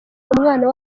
umwana